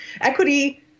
Equity